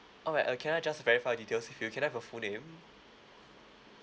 alright uh can I just verify your details with you can I have your full name